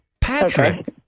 Patrick